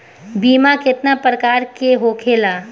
बीमा केतना प्रकार के होखे ला?